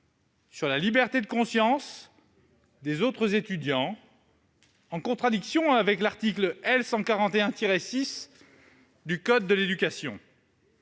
sur la liberté de conscience des autres étudiants, en contradiction avec l'article L. 141-6 du code de l'éducation